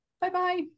bye-bye